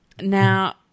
now